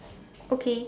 okay